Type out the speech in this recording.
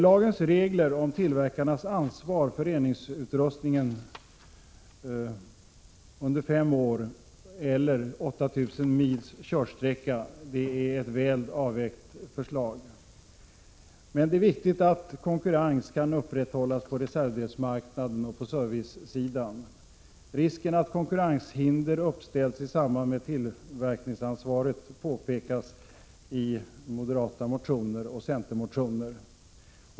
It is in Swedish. Dagens regler om tillverkarnas ansvar för reningsutrustningen under fem år eller 8 000 mils är viktigt att konkurrens kan upprätthållas på reservdelsmarknaden och på servicesidan. Risken att konkurrenshinder uppställs i samband med tillverkningsansvaret påpekas i moderata motioner och centermotioner.